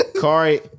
Kari